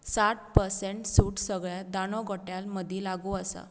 साट पर्संट सूट सगळ्या दाणो गोट्यां मदीं लागू आसा